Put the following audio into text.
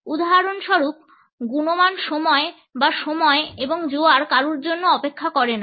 উদাহরণস্বরূপ গুণমান সময় বা সময় এবং জোয়ার কারুর জন্য অপেক্ষা করে না